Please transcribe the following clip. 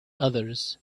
others